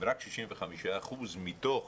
אם רק 65% מתוך